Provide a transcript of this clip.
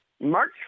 March